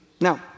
Now